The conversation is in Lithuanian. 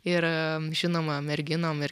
ir žinoma merginom ir